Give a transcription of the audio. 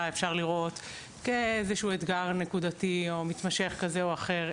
אפשר לראות כאיזשהו אתגר נקודתי או מתמשך כזה או אחר,